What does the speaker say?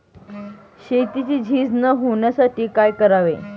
शेतीची झीज न होण्यासाठी काय करावे?